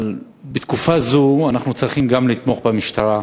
אבל בתקופה זו אנחנו צריכים גם לתמוך במשטרה,